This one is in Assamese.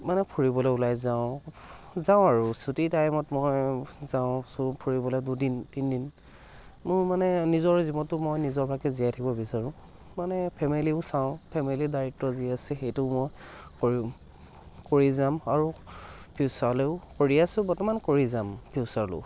মানে ফুৰিবলৈ ওলাই যাওঁ যাওঁ আৰু ছুটীৰ টাইমত মই যাওঁ ফুৰিবলৈ দুদিন তিনদিন মোৰ মানে নিজৰ জীৱনটো মই নিজৰ ভাগে জীয়াই থকিব বিচাৰোঁ মানে ফেমিলিও চাওঁ ফেমেলিৰ দায়িত্ব যি আছে সেইটো মই কৰিম কৰি যাম আৰু ফিউচাৰলৈও কৰি আছোঁ বৰ্তমান কৰি যাম ফিউচাৰলৈও